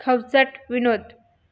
खवचट विनोद